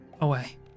away